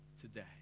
today